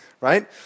right